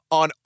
on